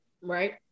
right